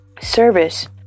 service